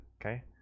Okay